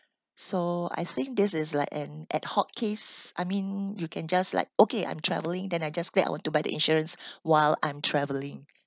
so I think this is like an ad hoc case I mean you can just like okay I'm traveling then I just click I want to buy the insurance while I'm traveling